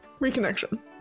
Reconnection